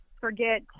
forget